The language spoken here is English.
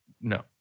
no